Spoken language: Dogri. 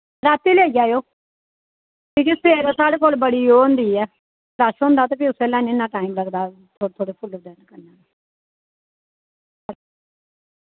राती लेई जाएओ क्योंकि सवेरै साढ़े कोल बड़ी ओह् होंदी ऐ रश होंदा ते फ्ही उस बेल्लै हैनी इ'न्ना टाइम लगदा थोह्ड़े थोह्ड़े फुल्ल देने